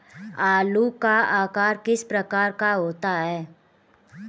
आलू का आकार किस प्रकार का होता है?